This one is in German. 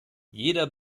jeder